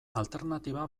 alternatiba